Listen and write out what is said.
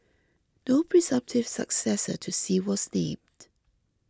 no presumptive successor to Xi was named